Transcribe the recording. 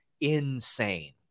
insane